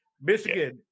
Michigan